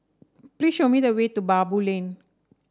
please show me the way to Baboo Lane